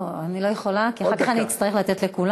לא, אני לא יכולה כי אחר כך אני אצטרך לתת לכולם.